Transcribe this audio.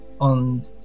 on